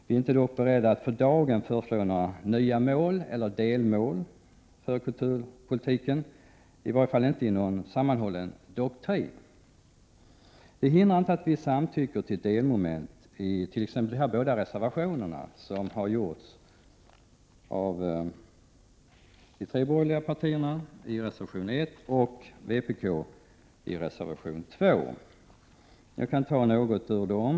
Vi är dock inte beredda att för dagen föreslå några nya mål eller delmål för kulturpolitiken, i varje fall inte i någon sammanhållen doktrin. Det hindrar oss emellertid inte från att samtycka till vad som sägs t.ex. vad gäller reservation 1 av de borgerliga partierna och reservation 2 av vpk. Jag skall något beröra dessa.